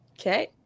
okay